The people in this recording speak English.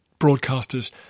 broadcasters